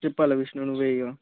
చెప్పాలి విష్ణు నువ్వే ఇక